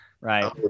right